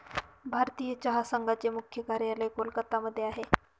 भारतीय चहा संघाचे मुख्य कार्यालय कोलकत्ता मध्ये आहे